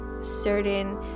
certain